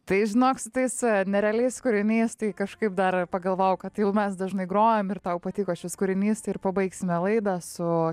tai žinok su tais nerealiais kūriniais tai kažkaip dar pagalvojau kad mes dažnai grojam ir tau patiko šis kūrinys tai ir pabaigsime laidą su